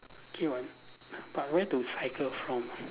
okay [what] but where to cycle from